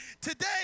Today